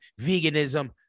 veganism